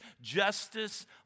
justice